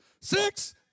Six